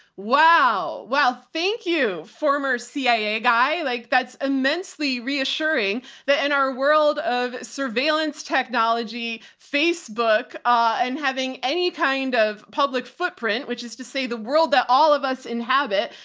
wow. well, thank you. former cia guy. like that's immensely reassuring that in our world of surveillance technology, facebook, ah, and having any kind of public footprint, which is to say the world that all of us in habit,